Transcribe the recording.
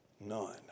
None